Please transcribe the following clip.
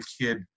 kid